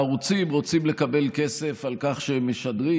הערוצים רוצים לקבל כסף על כך שהם משדרים,